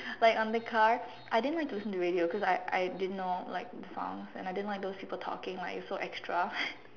like on the car I didn't like to listen to radio cause I I didn't know like the songs and I didn't like those people talking like it's so extra